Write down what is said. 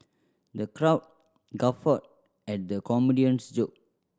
the crowd guffawed at the comedian's joke